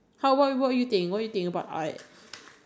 less be okay because I'm not good at art